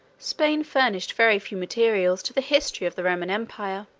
spain furnished very few materials to the history of the roman empire.